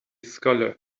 scoile